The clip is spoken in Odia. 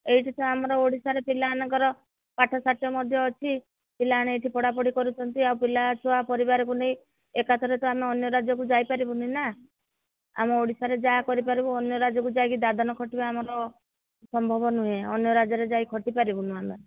ଏଇଠି ତ ଆମର ଓଡ଼ିଶାରେ ପିଲାମାନଙ୍କର ପାଠଶାଠ ମଧ୍ୟ ଅଛି ପିଲାମାନେ ଏଠି ପଢ଼ାପଢ଼ି କରୁଛନ୍ତି ଆଉ ପିଲାଛୁଆ ପରିବାରକୁ ନେଇ ଏକାଥରେ ତ ଆମେ ଅନ୍ୟ ରାଜ୍ୟକୁ ଯାଇପାରିବୁନି ନା ଆମ ଓଡ଼ିଶାରେ ଯାହା କରିପାରିବୁ ଅନ୍ୟ ରାଜ୍ୟକୁ ଯାଇକି ଦାଦନ ଖଟିବା ଆମର ସମ୍ଭବ ନୁହେଁ ଅନ୍ୟ ରାଜ୍ୟରେ ଯାଇ ଖଟି ପାରିବୁନି ଆମେ